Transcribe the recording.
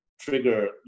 trigger